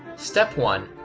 step one.